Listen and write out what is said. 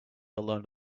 learned